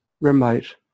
remote